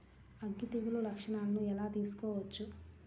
అగ్గి తెగులు లక్షణాలను ఎలా తెలుసుకోవచ్చు?